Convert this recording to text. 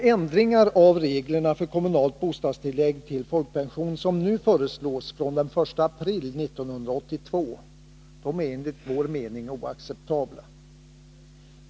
De ändringar av reglerna för kommunalt bostadstillägg till folkpension som nu föreslås från den 1 april 1982 är enligt vår mening oacceptabla.